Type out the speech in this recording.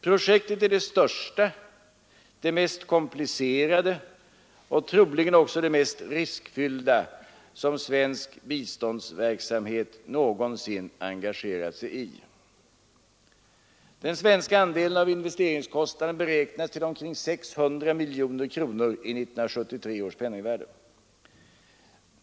Projektet är det största, det mest komplicerade och troligen också det mest riskfyllda som svensk biståndsverksamhet någonsin engagerat sig i. Den svenska andelen av investeringskostnaden beräknas till omkring 600 miljoner kronor i 1973 års penningvärde.